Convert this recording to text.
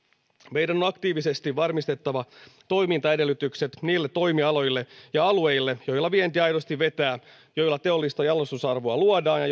meidän on aktiivisesti varmistettava toimintaedellytykset niille toimialoille ja alueille joilla vienti aidosti vetää joilla teollista jalostusarvoa luodaan ja